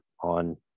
on